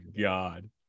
God